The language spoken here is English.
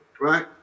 right